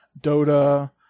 Dota